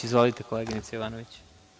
Izvolite, koleginice Jovanović.